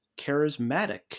charismatic